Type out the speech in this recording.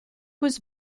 was